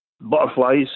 butterflies